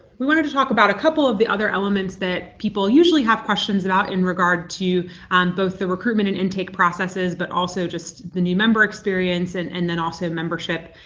we wanted to talk about a couple of the other elements that people usually have questions about in regard to and both the recruitment and intake processes but also just the new member experience and and then also membership.